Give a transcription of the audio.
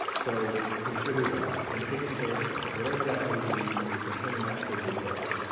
so consider that and take a stance on it, whatever that may be, determine that for yourself.